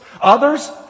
Others